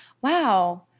wow